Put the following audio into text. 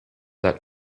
that